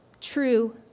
true